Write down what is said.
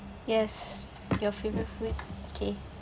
yes your favorite food okay